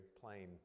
plain